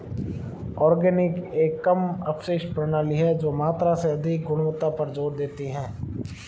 organic एक कम अपशिष्ट प्रणाली है जो मात्रा से अधिक गुणवत्ता पर जोर देती है